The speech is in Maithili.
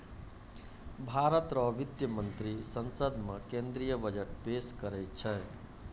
भारत रो वित्त मंत्री संसद मे केंद्रीय बजट पेस करै छै